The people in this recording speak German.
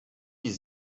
die